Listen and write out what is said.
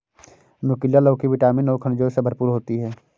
नुकीला लौकी विटामिन और खनिजों से भरपूर होती है